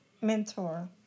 mentor